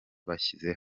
bashyize